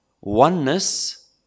oneness